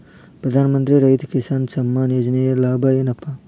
ಪ್ರಧಾನಮಂತ್ರಿ ರೈತ ಕಿಸಾನ್ ಸಮ್ಮಾನ ಯೋಜನೆಯ ಲಾಭ ಏನಪಾ?